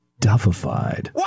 Duffified